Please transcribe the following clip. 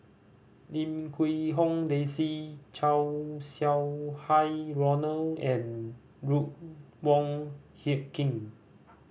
Lim Quee Hong Daisy Chow Sau Hai Roland and Ruth Wong Hie King